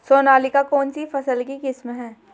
सोनालिका कौनसी फसल की किस्म है?